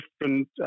different